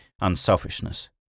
unselfishness